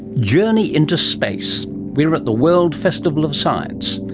journey into space. we're at the world festival of science.